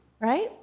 right